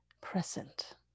present